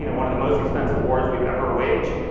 you know one of the most expensive wars we've ever waged.